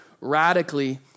radically